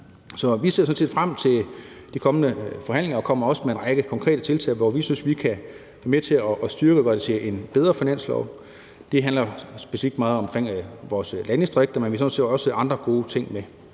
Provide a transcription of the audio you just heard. sådan set frem til de kommende forhandlinger og kommer også med en række konkrete tiltag, hvor vi synes vi kan være med til at styrke forslaget og gøre det til et bedre finanslovsforslag. Det handler specifikt om vores landdistrikter, men vi har sådan set også andre gode ting med.